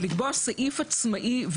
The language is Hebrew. ולקבוע סעיף עצמאי.